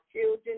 children